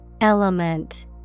Element